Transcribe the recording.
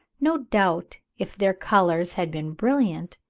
no doubt if their colours had been brilliant,